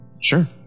sure